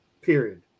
period